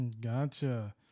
Gotcha